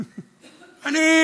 אני,